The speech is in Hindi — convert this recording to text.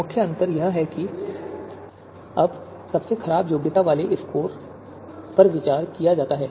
मुख्य अंतर यह है कि अब सबसे खराब योग्यता स्कोर वाले विकल्पों पर विचार किया जाता है